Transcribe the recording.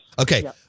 Okay